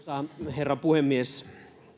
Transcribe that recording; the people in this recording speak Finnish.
herra puhemies